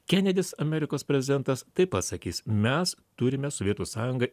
kenedis amerikos prezidentas taip pat sakys mes turime sovietų sąjungą